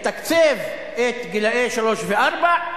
אתקצב את גילאי שלוש וארבע,